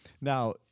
Now